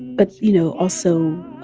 but, you know, also